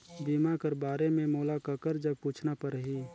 बीमा कर बारे मे मोला ककर जग पूछना परही?